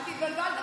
את התבלבלת.